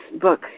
book